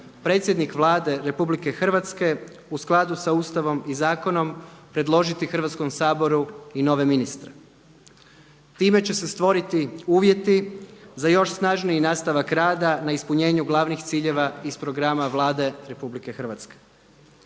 predsjednik Vlade RH u skladu sa Ustavom i zakonom predložiti Hrvatskom saboru i nove ministre. Time će se stvoriti uvjeti za još snažniji nastavak rada na ispunjenju glavnih ciljeva iz programa Vlade RH Uvažene